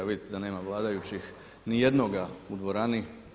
Vidite da nema vladajućih nijednoga u dvorani.